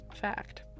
fact